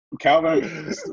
Calvin